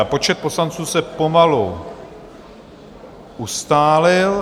Počet poslanců se pomalu ustálil.